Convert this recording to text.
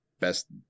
Best